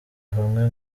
hamwe